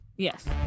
Yes